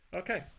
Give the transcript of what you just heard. okay